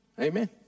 Amen